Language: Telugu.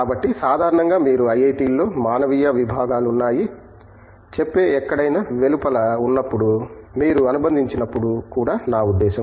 కాబట్టి సాధారణంగా మీరు ఐఐటిలో మానవీయ విభాగాలు ఉన్నాయని చెప్పే ఎక్కడైనా వెలుపల ఉన్నప్పుడు మీరు అనుబంధించినప్పుడు కూడా నా ఉద్దేశ్యం